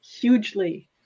hugely